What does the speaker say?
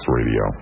Radio